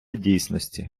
дійсності